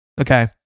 Okay